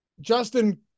Justin